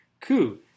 coup